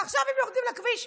עכשיו הם יורדים לכביש.